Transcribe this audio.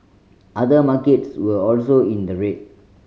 other markets were also in the red